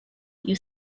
you